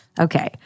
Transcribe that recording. Okay